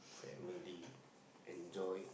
family enjoy